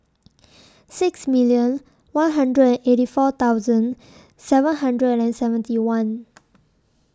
six million one hundred and eighty four thousand seven hundred and seventy one